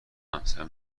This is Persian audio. همسایه